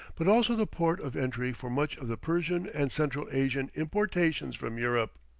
but also the port of entry for much of the persian and central asian importations from europe.